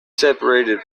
separated